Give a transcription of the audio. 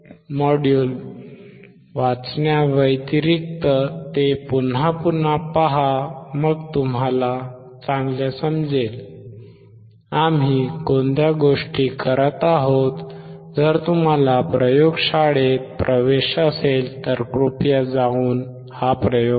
module वाचण्याव्यतिरिक्त ते पुन्हा पुन्हा पहा मग तुम्हाला समजेल आम्ही कोणत्या गोष्टी करत आहोत जर तुम्हाला प्रयोग शाळेत प्रवेश असेल तर कृपया जाऊन हा प्रयोग करा